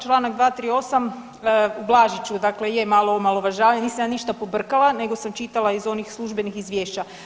Čl. 238. ublažit ću dakle je malo omalovažavanje, nisam ja ništa pobrkala nego sam čitala iz onih službenih izvješća.